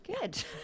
Good